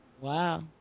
Wow